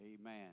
Amen